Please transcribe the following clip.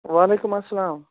وعلیکُم اسلام